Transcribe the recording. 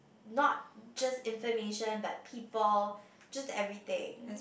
not just information but people just everything